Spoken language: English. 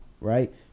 right